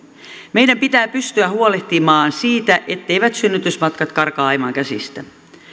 meidän pitää pystyä huolehtimaan siitä etteivät synnytysmatkat karkaa aivan käsistä